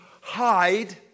hide